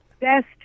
best